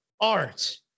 art